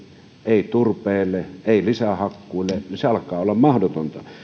ei turpeelle ei lisähakkuille se alkaa olla mahdotonta